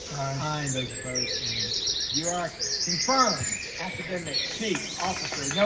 i and those opposed, and you are confirmed academic chief officer,